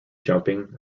jumping